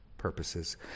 Purposes